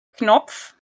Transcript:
Knopf